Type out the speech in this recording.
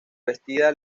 vestida